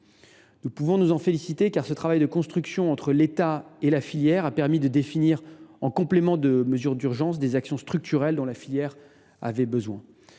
Nous pouvons nous en féliciter, car cette coconstruction entre l’État et la filière a permis de définir, en complément de mesures d’urgence, des actions structurelles dont la filière avait besoin.